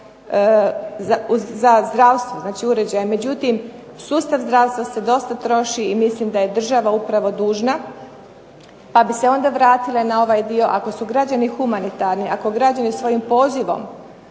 za zdravstva. Međutim, sustav zdravstva se dosta troši i mislim da je država upravo dužna pa bih se onda vratila na ovaj dio ako su građani humanitarni ako građani svojim pozivom